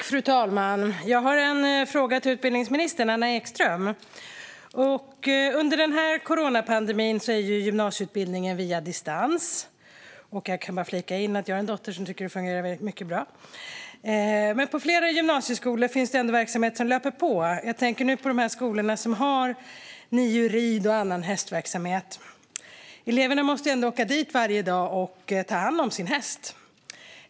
Fru talman! Jag har en fråga till utbildningsminister Anna Ekström. Under coronapandemin sker gymnasieutbildningen på distans. Jag kan bara flika in att jag har en dotter som tycker att det fungerar mycket bra. Men på flera gymnasieskolor finns det ändå verksamhet som löper på. Jag tänker nu på de skolor som har NIU Ridsport och annan hästverksamhet. Eleverna måste ändå åka dit varje dag och ta hand som sin häst.